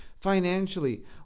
financially